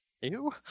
Ew